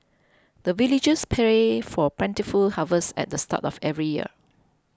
the villagers pray for plentiful harvest at the start of every year